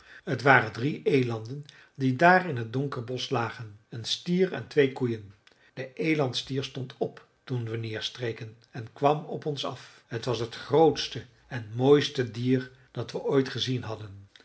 t waren drie elanden die daar in het donkere bosch lagen een stier en twee koeien de elandstier stond op toen we neerstreken en kwam op ons af t was het grootste en mooiste dier dat we ooit gezien hadden